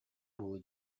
буолуо